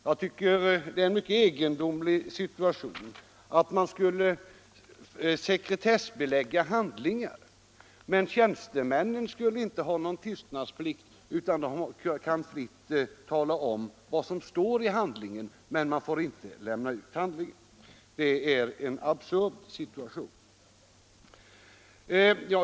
Jag tycker att det vore mycket egendomligt om man skulle sekretessbelägga handlingarna men inte ålägga tjänstemännen någon tystnadsplikt utan de skulle fritt kunna tala om vad som står i handlingarna i fråga, som inte får lämnas ut. Det är en absurd situation.